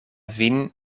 vin